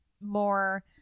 more